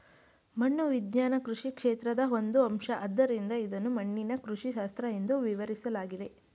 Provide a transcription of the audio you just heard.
ಮಣ್ಣು ವಿಜ್ಞಾನ ಕೃಷಿ ಕ್ಷೇತ್ರದ ಒಂದು ಅಂಶ ಆದ್ದರಿಂದ ಇದನ್ನು ಮಣ್ಣಿನ ಕೃಷಿಶಾಸ್ತ್ರ ಎಂದೂ ವಿವರಿಸಲಾಗಿದೆ